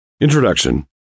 Introduction